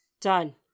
done